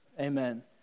Amen